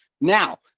Now